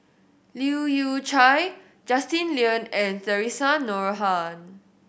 Leu Yew Chye Justin Lean and Theresa Noronha